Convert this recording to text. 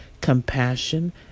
compassion